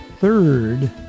third